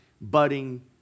budding